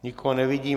Nikoho nevidím.